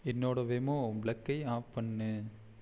என்னோட வெமோ ப்ளக்கை ஆஃப் பண்ணு